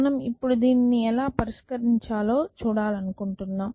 మనం ఇప్పుడు దీనిని ఎలా పరిష్కరించాలో చూడాలనుకుంటున్నాం